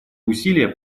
усилия